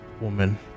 woman